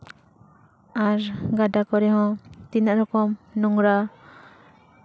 ᱟᱨ ᱜᱟᱰᱟ ᱠᱚᱨᱮ ᱦᱚᱸ ᱛᱤᱱᱟᱹᱜ ᱨᱚᱠᱚᱢ ᱱᱚᱝᱜᱽᱨᱟ